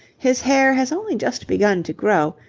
his hair has only just begun to grow,